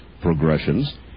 progressions